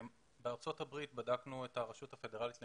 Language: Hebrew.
בארצות הברית בדקנו את הרשות הפדרלית למסחר,